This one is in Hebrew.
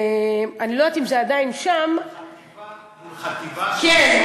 אני לא יודעת אם זה עדיין שם --- מול חטיבה של --- כן.